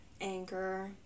anger